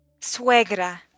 suegra